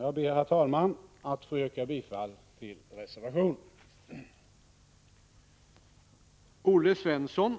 Jag ber, herr talman, att få yrka bifall till reservationen.